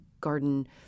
garden